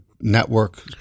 Network